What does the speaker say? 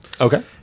Okay